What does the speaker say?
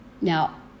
Now